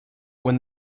when